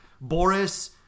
Boris